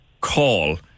call